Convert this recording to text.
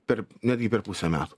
per netgi per pusę metų